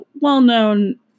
well-known